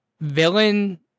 villain